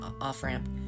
off-ramp